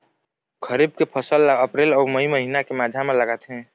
खरीफ के फसल ला अप्रैल अऊ मई महीना के माझा म लगाथे